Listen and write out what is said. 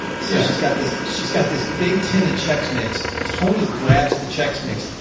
so she's got this, she's got this big tin, a checks mix. tony grabs the check's mix,